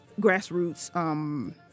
grassroots